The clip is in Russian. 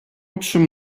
общем